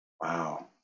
Wow